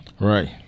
Right